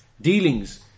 dealings